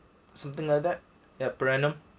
something like that ya per annum